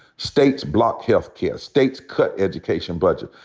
states block healthcare. states cut education budget.